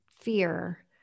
fear